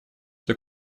что